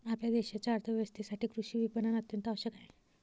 आपल्या देशाच्या अर्थ व्यवस्थेसाठी कृषी विपणन अत्यंत आवश्यक आहे